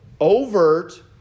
overt